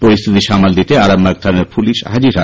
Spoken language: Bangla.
পরিস্থিতি সামাল দিতে আরামবাগ থানার পুলিশ হাজির হয়